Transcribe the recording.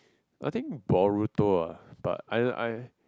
I think Baruto ah but I I